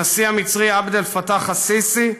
הנשיא המצרי עבד אל-פתאח א-סיסי,